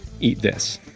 eatthis